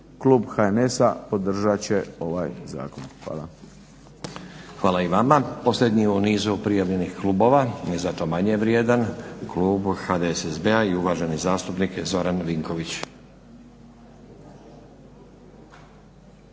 Klub HNS-a podržat će ovaj zakon. Hvala. **Stazić, Nenad (SDP)** Hvala i vama. Posljednji u nizu prijavljenih klubova, ali ne zato manje vrijedan, klub HDSSB-a i uvaženi zastupnik Zoran Vinković.